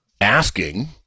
asking